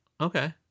okay